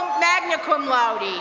magna cum laude.